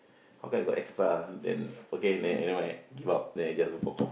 how come I got extra then okay never mind give up then I just walk off